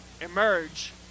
emerge